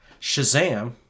Shazam